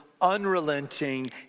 unrelenting